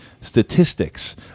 statistics